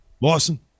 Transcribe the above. Lawson